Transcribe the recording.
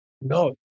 no